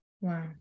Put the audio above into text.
Wow